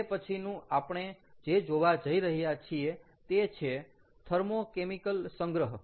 હવે પછીનું આપણે જે જોવા જઈ રહ્યા છીએ તે છે થર્મો કેમિકલ સંગ્રહ